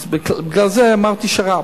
אז בגלל זה אמרתי שר"פ.